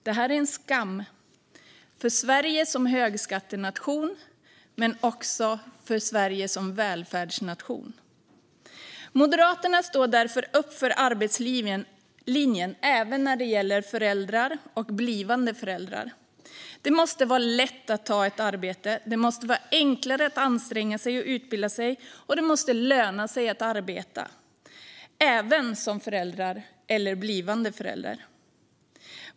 Det är en skam för Sverige som högskattenation och välfärdsnation. Moderaterna står upp för arbetslinjen även när det gäller föräldrar och blivande föräldrar. Det måste vara lätt att ta ett arbete. Det måste vara enklare att anstränga sig och utbilda sig, och det måste löna sig att arbeta - även som förälder eller blivande förälder.